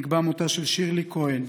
נקבע מותה של שירלי כהן,